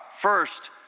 First